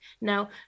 Now